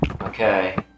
Okay